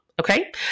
Okay